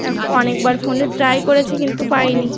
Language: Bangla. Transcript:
এক অনেকবার ফোনে ট্রাই করেছি কিন্তু পাই নি